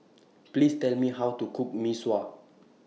Please Tell Me How to Cook Mee Sua